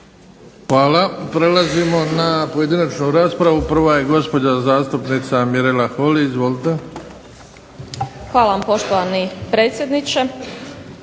Hvala. Prelazimo na pojedinačnu raspravu. Prva je gospođa zastupnica Mirela Holy, izvolite. **Holy, Mirela